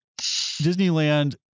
Disneyland